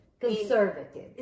Conservative